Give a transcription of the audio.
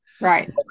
Right